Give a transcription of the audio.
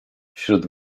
wśród